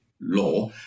law